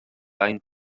ein